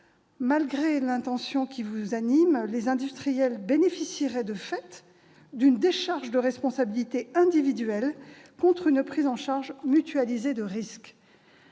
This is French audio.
Malgré l'intention qui vous anime, les industriels bénéficieraient, de fait, d'une décharge de responsabilité individuelle contre une prise en charge mutualisée du risque.